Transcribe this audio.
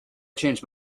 changed